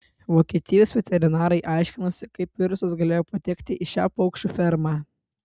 vokietijos veterinarai aiškinasi kaip virusas galėjo patekti į šią paukščių fermą